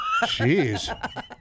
Jeez